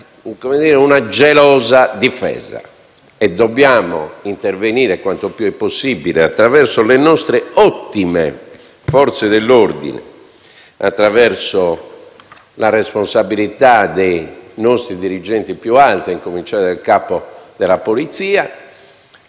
fare una gelosa difesa e intervenire quanto più possibile attraverso le nostre ottime Forze dell'ordine e la responsabilità dei nostri dirigenti più alti, a cominciare dal Capo della polizia.